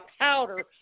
powder